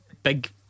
Big